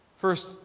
First